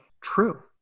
True